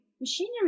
machinery